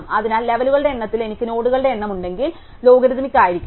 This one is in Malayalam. അതിനാൽ ലെവലുകളുടെ എണ്ണത്തിൽ എനിക്ക് നോഡുകളുടെ എണ്ണം ഉണ്ടെങ്കിൽ ലോഗരിഥമിക് ആയിരിക്കണം